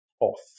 off